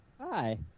Hi